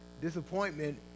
disappointment